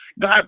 God